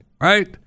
right